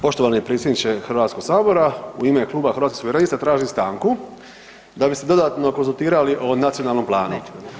Poštovani predsjedniče Hrvatskog sabora, u ime Kluba Hrvatskih suverenista tražim stanku da bi se dodatno konzultirali o nacionalnom planu.